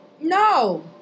No